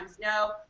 no